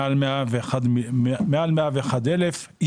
מעל 101,000,